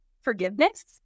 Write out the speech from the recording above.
forgiveness